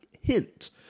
hint